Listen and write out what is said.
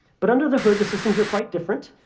but under the hood, the systems are quite different.